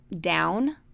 down